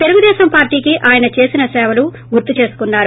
తెలుగుదేశం పార్టీకి ఆయన చేసిన సేవలను గుర్తు చేసుకున్నారు